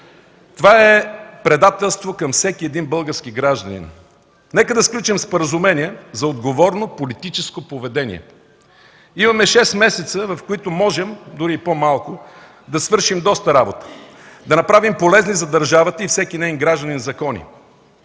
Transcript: Това е предателство към всеки един български гражданин. Нека да сключим споразумение за отговорно политическо поведение. Имаме шест месеца, в които можем, дори и по-малко, да свършим доста работа, да направим полезни за държавата и всеки неин гражданин закони.